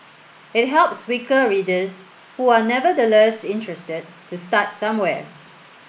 it helps weaker readers who are nevertheless interested to start somewhere